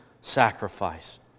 sacrifice